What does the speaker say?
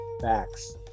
Facts